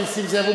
את נסים זאב,